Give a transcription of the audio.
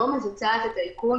לא מבצעת את האיכון,